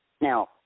Now